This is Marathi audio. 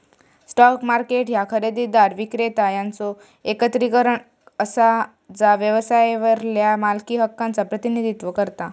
स्टॉक मार्केट ह्या खरेदीदार, विक्रेता यांचो एकत्रीकरण असा जा व्यवसायावरल्या मालकी हक्कांचा प्रतिनिधित्व करता